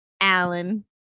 Alan